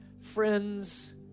friends